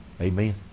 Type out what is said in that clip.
Amen